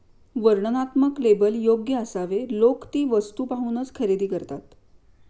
वर्णनात्मक लेबल योग्य असावे लोक ती वस्तू पाहूनच खरेदी करतात